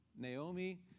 Naomi